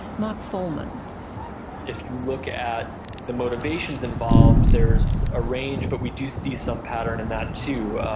mark follman if you look at the motivations involved, there's a range, but we do see some pattern in that too.